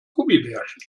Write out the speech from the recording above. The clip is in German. gummibärchen